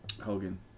Hogan